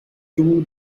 too